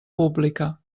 pública